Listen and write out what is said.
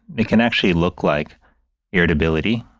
it can actually look like irritability,